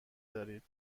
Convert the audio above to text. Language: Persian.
دارید